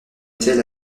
était